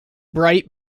bright